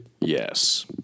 Yes